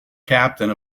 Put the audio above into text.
captain